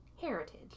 Heritage